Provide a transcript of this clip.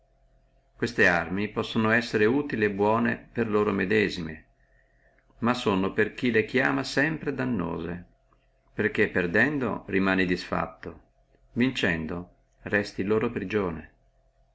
queste arme possono essere utile e buone per loro medesime ma sono per chi le chiama quasi sempre dannose perché perdendo rimani disfatto vincendo resti loro prigione